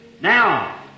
Now